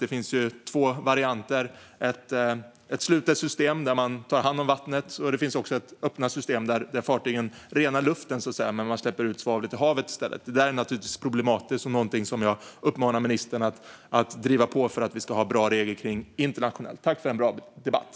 Det finns två varianter: slutna system, där man tar hand om vattnet, och öppna system, där fartygen renar luften men i stället släpper ut svavlet i havet. Det är naturligtvis problematiskt, och jag uppmanar ministern att driva på för att vi ska ha bra regler kring detta internationellt.